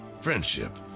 friendship